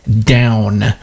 Down